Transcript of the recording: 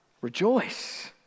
rejoice